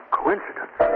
coincidence